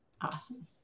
Awesome